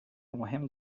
مهم